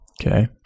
Okay